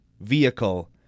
vehicle